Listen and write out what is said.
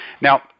Now